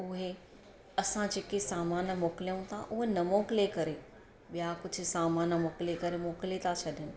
उहे असां जेके सामान मोकिलियूं था उहे न मोकिले करे ॿिया कुझु सामान मोकिले करे मोकिले था छॾनि